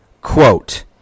quote